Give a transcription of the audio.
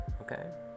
okay